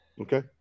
Okay